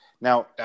now